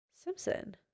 Simpson